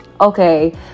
okay